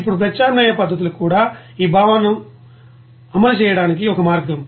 ఇప్పుడు ప్రత్యామ్నాయ పద్ధతులు కూడా ఈ భావనను అమలు చేయడానికి ఒక మార్గం